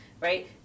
right